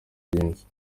byinshi